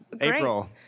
April